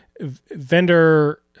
vendor